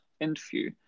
interview